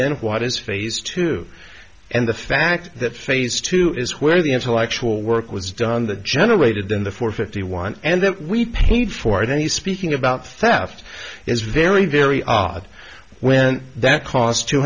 then what is phase two and the fact that phase two is where the intellectual work was done that generated in the four fifty one and then we paid for it and he's speaking about theft is very very odd when that cost two